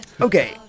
Okay